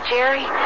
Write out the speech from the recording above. Jerry